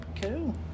Cool